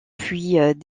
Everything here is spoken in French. puis